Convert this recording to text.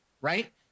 right